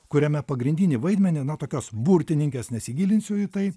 kuriame pagrindinį vaidmenį na tokios burtininkės nesigilinsiu į tai